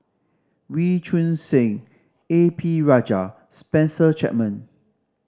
Wee Choon Seng A P Rajah Spencer Chapman